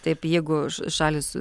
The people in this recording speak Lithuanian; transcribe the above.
taip jeigu šalys